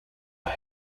are